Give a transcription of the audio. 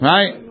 Right